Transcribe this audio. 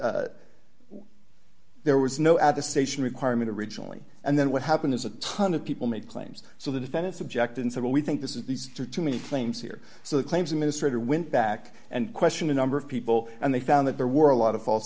there was no at the station requirement originally and then what happened is a ton of people make claims so the defendants object and say well we think this is these are too many claims here so the claims administrator went back and question a number of people and they found that there were a lot of false